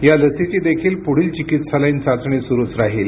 या लसीची देखील पुढील चिकित्सालयीन चाचणी सुरुच राहील